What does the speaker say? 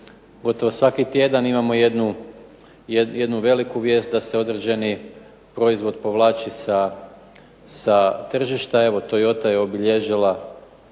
svaki tjedan imamo jednu veliku vijest da se određeni proizvod povlači sa tržišta. Evo, Toyota je obilježila